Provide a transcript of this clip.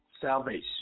salvation